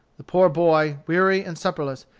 the poor boy, weary and supperless,